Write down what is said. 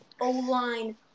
O-line